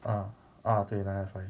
ah ah 对 nine nine five